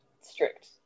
strict